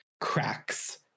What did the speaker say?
cracks